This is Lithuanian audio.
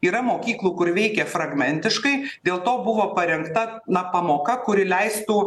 yra mokyklų kur veikia fragmentiškai dėl to buvo parengta na pamoka kuri leistų